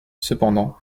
cependant